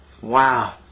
Wow